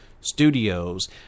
studios